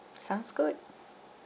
sounds good